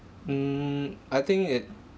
mm I think it